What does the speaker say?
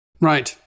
Right